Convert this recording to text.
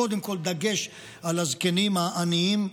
קודם כול דגש על הזקנים העניים.